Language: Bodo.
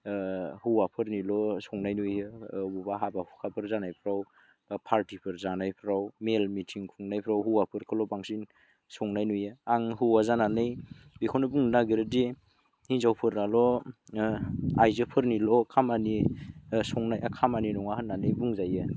हौवाफोरनिल' संनाय नुयो अबेबा हाबा हुखाफोर जानायफ्राव पार्टिफोर जानायफ्राव मेल मिटिं खुंनायफ्राव हौवाफोरखौल' बांसिन संनाय नुयो आं हौवा जानानै बेखौनो बुंनो नागिरोदि हिनजावफोराल' आइजोफोरनिल' खामानि संनाया खामानि नङा होननानै बुंजायो